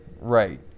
right